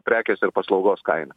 prekės ir paslaugos kainą